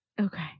Okay